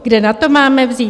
Kde na to máme vzít?